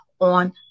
on